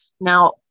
Now